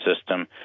system